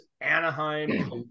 Anaheim